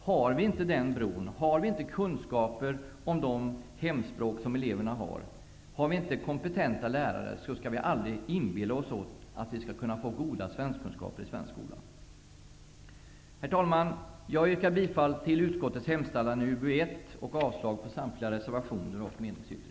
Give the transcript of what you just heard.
Finns inte den bron, finns inte kunskaper om de hemspråk som eleverna talar, och har vi inte kompetenta lärare, skall vi inte inbilla oss att vi skall kunna få goda svenskkunskaper i svensk skola. Herr talman! Jag yrkar bifall till utskottets hemställan i UbU1 och avslag på samtliga reservationer och meningsyttringen.